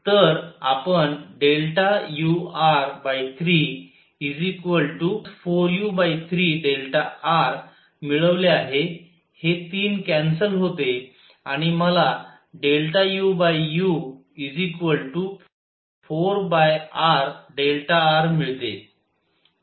तर आपण ur3 4u3rमिळवले आहे हे 3 कॅन्सल होते आणि मला uu 4rr मिळते